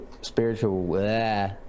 spiritual